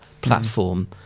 platform